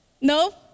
No